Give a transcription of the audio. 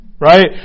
right